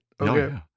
Okay